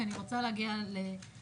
כי אני רוצה להגיע לתכלס.